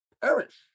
perish